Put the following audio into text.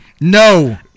No